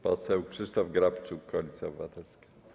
Poseł Krzysztof Grabczuk, Koalicja Obywatelska.